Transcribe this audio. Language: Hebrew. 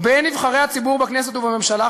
בין נבחרי הציבור בכנסת ובממשלה,